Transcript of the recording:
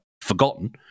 forgotten